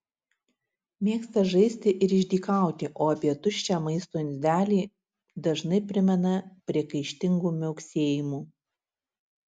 mėgsta žaisti ir išdykauti o apie tuščią maisto indelį dažnai primena priekaištingu miauksėjimu